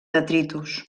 detritus